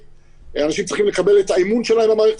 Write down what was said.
אנשים צריכים לקבל את האמון שלהם במערכת